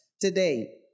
today